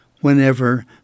whenever